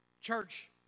Church